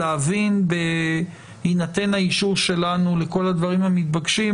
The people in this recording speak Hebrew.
להבין בהינתן האישור שלנו לכל הדברים המתבקשים,